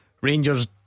Rangers